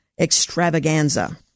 extravaganza